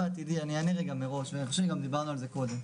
אני אענה רגע מראש ואני חושב שגם דיברנו על זה קודם,